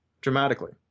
dramatically